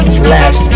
slash